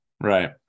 right